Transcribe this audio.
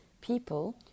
people